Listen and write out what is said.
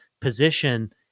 position